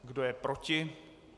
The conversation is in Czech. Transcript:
Kdo je proti?